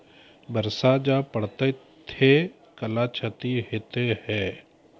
बरसा जा पढ़ते थे कला क्षति हेतै है?